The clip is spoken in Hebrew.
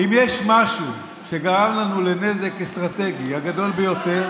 אם יש משהו שגרם לנו לנזק האסטרטגי הגדול ביותר